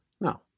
no